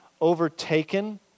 overtaken